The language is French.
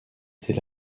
c’est